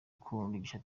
kugurisha